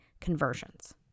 conversions